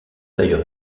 tailleur